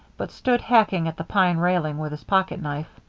but stood hacking at the pine railing with his pocket-knife.